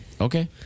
Okay